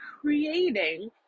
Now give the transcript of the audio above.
creating